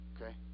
Okay